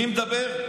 מי מדבר?